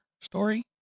story